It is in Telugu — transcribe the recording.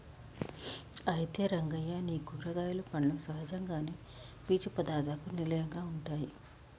అయితే రంగయ్య నీ కూరగాయలు పండ్లు సహజంగానే పీచు పదార్థాలకు నిలయంగా ఉంటాయి